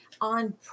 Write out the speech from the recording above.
on